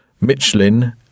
Michelin